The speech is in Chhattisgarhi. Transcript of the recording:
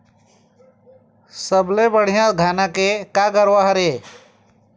सबले बढ़िया धाना के का गरवा हर ये?